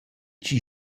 chi